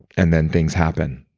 and then, things happen